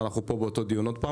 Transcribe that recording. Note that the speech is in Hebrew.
ואנחנו שוב באותו דיון.